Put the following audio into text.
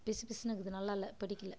பிசு பிசுனு இருக்குது நல்லா இல்லை பிடிக்கலை